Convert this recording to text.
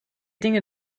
dinge